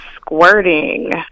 squirting